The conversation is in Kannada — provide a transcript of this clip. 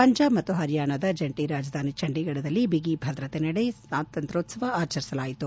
ಪಂಜಾಬ್ ಮತ್ತು ಹರಿಯಾಣದ ಜಂಟ ರಾಜಧಾನಿ ಛಂಡಿಘಡದಲ್ಲಿ ಭಿಗಿ ಭದ್ರತೆ ನಡುವೆ ಸ್ವಾತಂತ್ಲೋತ್ತವ ಆಚರಿಸಲಾಯಿತು